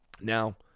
Now